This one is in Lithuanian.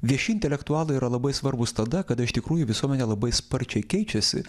vieši intelektualai yra labai svarbūs tada kada iš tikrųjų visuomenė labai sparčiai keičiasi